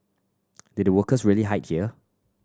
did workers really hide here